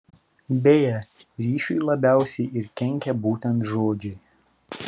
beje ryšiui labiausiai ir kenkia būtent žodžiai